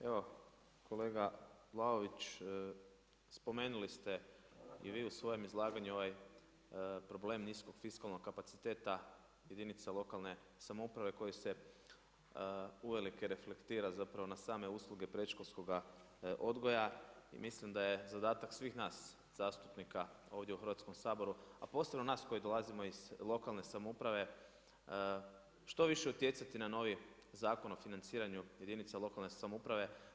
Evo kolega Vlaović, spomenuli ste i vi u svojem izlaganju ovaj problem nisko fiskalnog kapaciteta jedinica lokalne samouprave koje se uvelike reflektira na same usluge predškolskoga odgoja i mislim da je zadatak svih nas zastupnika ovdje u Hrvatskom saboru, a posebno nas koji dolazimo iz lokalne samouprave što više utjecati na novi Zakon o financiranju jedinica lokalne samouprave.